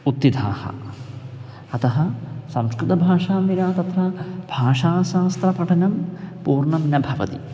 उत्तिथाः अतः संस्कृतभाषां विना तत्र भाषाशास्त्रपठनं पूर्णं न भवति